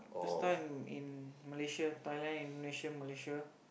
Pesta in in Malaysia Thailand Indonesia Malaysia